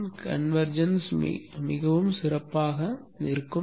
எண் கன்வெர்ஜென்ஸ் மிகவும் சிறப்பாக இருக்கும்